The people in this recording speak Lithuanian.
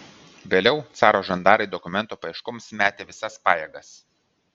vėliau caro žandarai dokumento paieškoms metė visas pajėgas